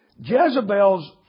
Jezebel's